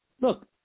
look